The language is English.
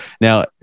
now